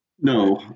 No